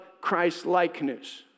Christ-likeness